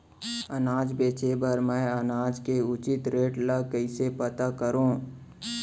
अनाज बेचे बर मैं अनाज के उचित रेट ल कइसे पता करो?